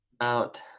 out